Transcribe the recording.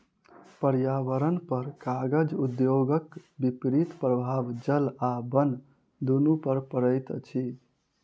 पर्यावरणपर कागज उद्योगक विपरीत प्रभाव जल आ बन दुनू पर पड़ैत अछि